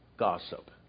gossip